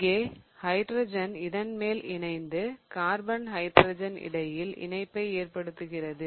இங்கே ஹைட்ரஜன் இதன்மேல் இணைந்து கார்பன் ஹைட்ரஜன் இடையில் இணைப்பை ஏற்படுத்துகிறது